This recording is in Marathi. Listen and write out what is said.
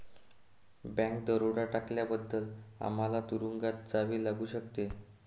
बँक दरोडा टाकल्याबद्दल आम्हाला तुरूंगात जावे लागू शकते